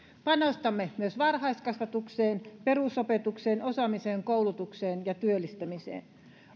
panostamme myös varhaiskasvatukseen perusopetukseen osaamiseen koulutukseen ja työllistämiseen